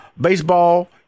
baseball